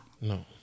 No